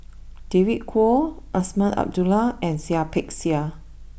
David Kwo Azman Abdullah and Seah Peck Seah